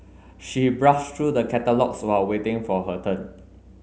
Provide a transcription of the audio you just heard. she browsed through the catalogues while waiting for her turn